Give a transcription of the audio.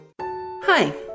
Hi